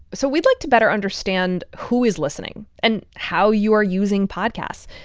so we'd like to better understand who is listening and how you are using podcasts.